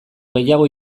gehiago